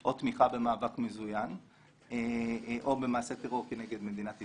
או תמיכה במאבק מזוין או במעשה טרור כנגד מדינת ישראל,